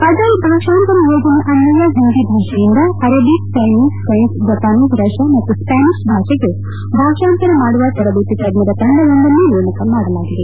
ಅಟಲ್ ಭಾಷಂತರ ಯೋಜನೆ ಅನ್ವಯ ಹಿಂದಿ ಭಾಷೆಯಿಂದ Arabic Chinese French Japanese Russia ಮತ್ತು ಸ್ಪನಿಷ್ ಭಾಷೆಗೆ ಭಾಷಂತರ ಮಾಡುವ ತರಬೇತಿ ತಜ್ಜರ ತಂಡವೊಂದನ್ನು ನೇಮಕ ಮಾಡಲಾಗಿದೆ